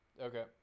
Okay